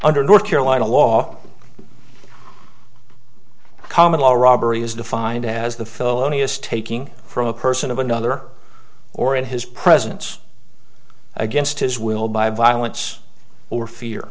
under north carolina law common law robbery is defined as the felonious taking from a person of another or in his presence against his will by violence or fear